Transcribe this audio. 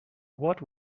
what